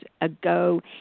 ago